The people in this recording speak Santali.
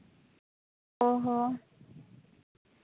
ᱚ ᱦᱚ